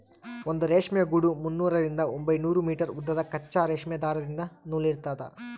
ಒಂದು ರೇಷ್ಮೆ ಗೂಡು ಮುನ್ನೂರರಿಂದ ಒಂಬೈನೂರು ಮೀಟರ್ ಉದ್ದದ ಕಚ್ಚಾ ರೇಷ್ಮೆ ದಾರದಿಂದ ನೂಲಿರ್ತದ